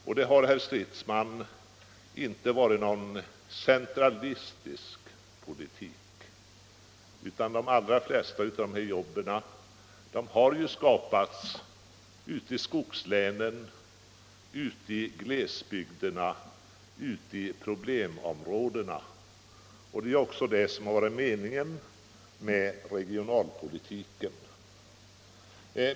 Och det har, herr Stridsman, inte varit någon centralistisk politik, utan de allra flesta av de här jobben har ju skapats ute i skogslänen, ute i glesbygderna, ute i problemområdena. Det är också det som har varit meningen med regionalpolitiken.